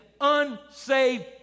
unsaved